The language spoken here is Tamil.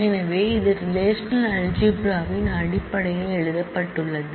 எனவே இது ரெலேஷனல் அல்ஜிப்ரா ன் அடிப்படையில் எழுதப்பட்டுள்ளது